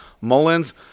Mullins